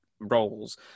roles